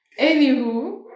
Anywho